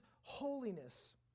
holiness